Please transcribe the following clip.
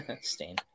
Stain